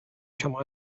شما